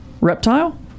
Reptile